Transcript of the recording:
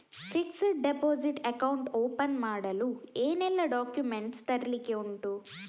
Fixed deposit account open ಮಾಡಲು ಏನೆಲ್ಲಾ documents ತರ್ಲಿಕ್ಕೆ ಉಂಟು?